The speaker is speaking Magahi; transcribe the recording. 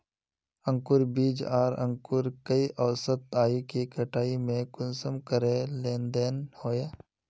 अंकूर बीज आर अंकूर कई औसत आयु के कटाई में कुंसम करे लेन देन होए?